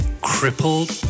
crippled